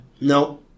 No